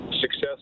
success